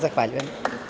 Zahvaljujem.